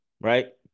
Right